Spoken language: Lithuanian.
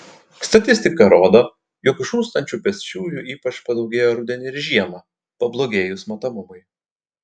statistika rodo jog žūstančių pėsčiųjų ypač padaugėja rudenį ir žiemą pablogėjus matomumui